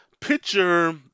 picture